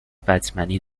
بتمنی